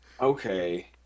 Okay